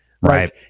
Right